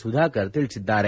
ಸುಧಾಕರ್ ತಿಳಿಸಿದ್ದಾರೆ